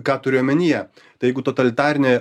ką turiu omenyje tai jeigu totalitarinė